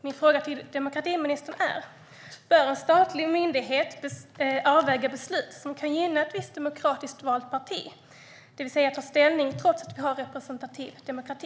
Min fråga till demokratiministern är: Bör en statlig myndighet överväga beslut som kan gynna ett visst demokratiskt valt parti, det vill säga ta ställning trots att vi har representativ demokrati?